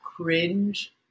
cringe